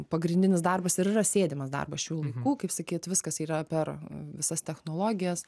pagrindinis darbas ir yra sėdimas darbas šių laikų kaip sakyt viskas yra per visas technologijas